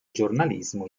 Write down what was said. giornalismo